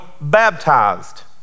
baptized